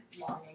Longing